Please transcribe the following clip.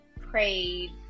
prayed